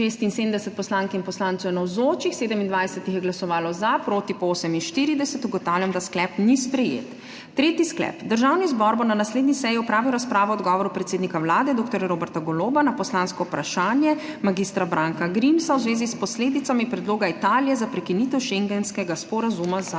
76 poslank in poslancev je navzočih, 27 jih je glasovalo za, proti po 48. (Za je glasovalo 27.) (Proti 48.) Ugotavljam, da sklep ni sprejet. Tretji sklep: Državni zbor bo na naslednji seji opravil razpravo o odgovoru predsednika Vlade dr. Roberta Goloba na poslansko vprašanje mag. Branka Grimsa v zvezi s posledicami predloga Italije za prekinitev schengenskega sporazuma za